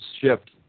shift